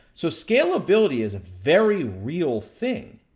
so, scalability is a very real thing.